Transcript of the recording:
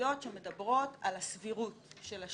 בהסתייגויות שמדברות על סבירות השלילה.